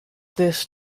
this